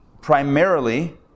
primarily